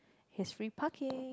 cause free parking